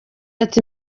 ati